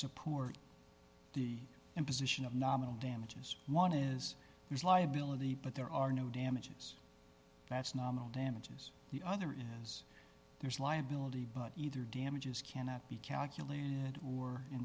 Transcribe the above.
support the imposition of nominal damages one is there's liability but there are no damages that's nominal damages the other is there's liability but either damages can be calculated or in